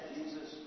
Jesus